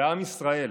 בעם ישראל.